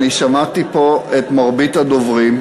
אני שמעתי פה את מרבית הדוברים,